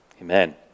Amen